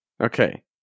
Okay